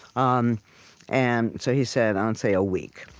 um and so he said, i'll say a week.